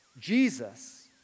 Jesus